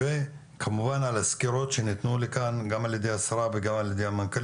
וכמובן על הסקירות שניתנו כאן גם על ידי השרה והמנכ"לית,